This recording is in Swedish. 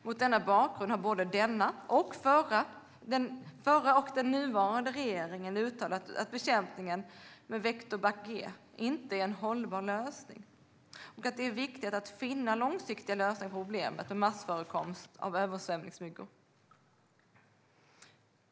Mot denna bakgrund har både den förra och den nuvarande regeringen uttalat att bekämpning med Vectobac G inte är en hållbar lösning och att det är viktigt att finna långsiktiga lösningar på problemen med massförekomst av översvämningsmyggor.